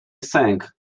sęk